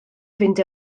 fynd